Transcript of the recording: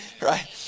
right